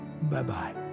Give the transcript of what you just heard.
Bye-bye